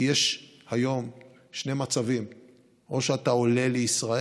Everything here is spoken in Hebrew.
כי יש היום שני מצבים: או שאתה עולה לישראל,